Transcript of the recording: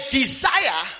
desire